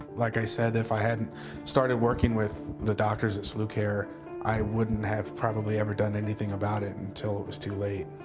like i said if i hadn't started working with the doctors at slucare i wouldn't have probably ever done anything about it until it was too late